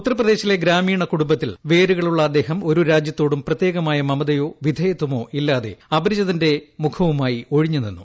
ഉത്തർപ്രദേശിലെ ഗ്രാമീണ കുടുംബത്തിൽ വേരുകളുള്ള അദ്ദേഹം ഒരു രാജ്യത്തോടും പ്രത്യേകമായ മമതയോ വിധേയത്വമോ ഇല്ലാതെ അപരിചിതന്റെ മുഖവുമായി ഒഴിഞ്ഞുനിന്നു